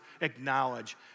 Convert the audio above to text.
acknowledge